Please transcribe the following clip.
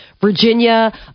Virginia